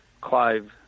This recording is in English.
Clive